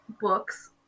books